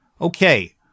okay